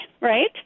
right